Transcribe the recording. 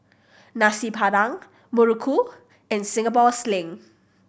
Nasi Padang muruku and Singapore Sling